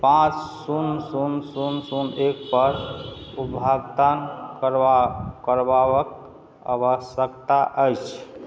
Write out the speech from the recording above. पाँच शून्य शून्य शून्य शून्य एक पर उघटन करबा करबाबक आवश्यकता अछि